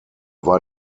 war